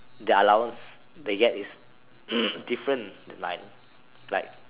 their allowance they get is different to mine like